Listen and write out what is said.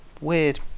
Weird